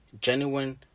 genuine